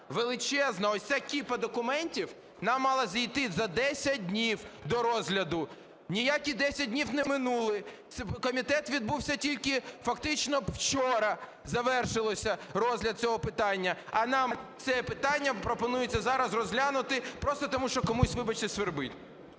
величезна, ось ця кіпа документів, нам мала зайти за 10 днів до розгляду. Ніякі 10 днів не минули, комітет відбувся тільки фактично вчора, завершився розгляд цього питання. А нам це питання пропонується зараз розглянути, просто тому що комусь, вибачте, свербить.